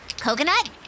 Coconut